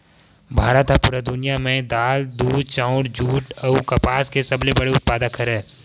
भारत हा पूरा दुनिया में दाल, दूध, चाउर, जुट अउ कपास के सबसे बड़े उत्पादक हरे